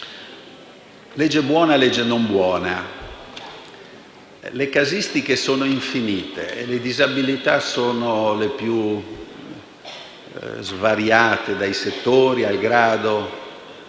Legge buona o legge non buona? Le casistiche sono infinite, le disabilità sono le più svariate, a seconda dei